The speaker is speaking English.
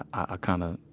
i ah kind of,